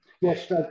Yes